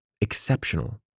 exceptional